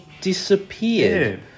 disappeared